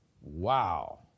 Wow